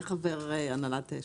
וחבר הנהלת השל,